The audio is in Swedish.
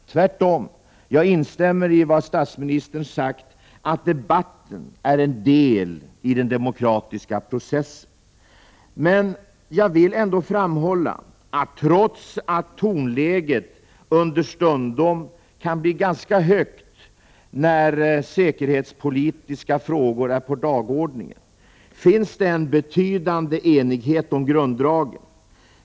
Tvärtom. Jag instämmer i vad statsministern sagt, att debatten är en del iden demokratiska processen. Man jag vill ändå framhålla att trots att tonläget understundom kan bli ganska högt när säkerhetspolitiska frågor är på dagordningen finns det en betydande enighet om grunddragen.